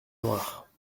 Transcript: noire